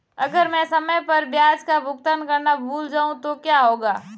अगर मैं समय पर ब्याज का भुगतान करना भूल जाऊं तो क्या होगा?